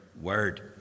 word